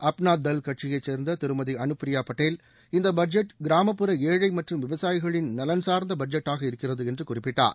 அப்னாதல் கட்சியை சேர்ந்த திருமதி அனுப்பிரியா பட்டேல் இந்த பட்ஜெட் கிராமப்புற ஏழை மற்றும் விவசாயிகளின் நலன் சார்ந்த பட்ஜெட்டாக இருக்கிறது என்று குறிப்பிட்டார்